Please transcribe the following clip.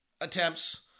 attempts